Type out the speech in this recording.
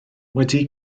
wedi